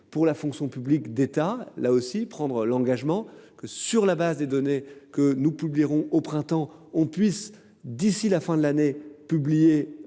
pour la fonction publique d'État, là aussi, prendre l'engagement que sur la base des données que nous publierons au printemps on puisse d'ici la fin de l'année, publié